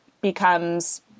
becomes